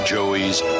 Joey's